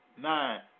Nine